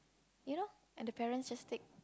you know and the parents just take